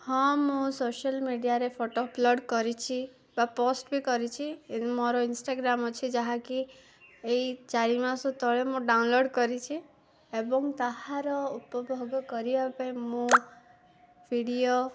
ହଁ ମୁଁ ସୋସିଆଲ ମିଡ଼ିଆରେ ଫଟୋ ଅପଲୋଡ଼ କରିଛି ବା ପୋଷ୍ଟ ବି କରିଛି ମୋର ଇନଷ୍ଟାଗ୍ରାମ ଅଛି ଯାହାକି ଏଇ ଚାରି ମାସ ତଳେ ମୁଁ ଡାଉନଲୋଡ଼ କରିଛି ଏବଂ ତାହାର ଉପଭୋଗ କରିବା ପାଇଁ ମୁଁ ଭିଡ଼ିଓ